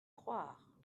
croire